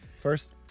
First